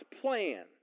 plan